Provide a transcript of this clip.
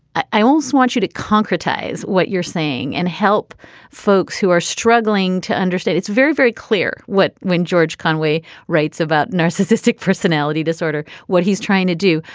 i also want you to conquer times what you're saying and help folks who are struggling to understand it's very very clear what when george conway writes about narcissistic personality disorder what he's trying to do.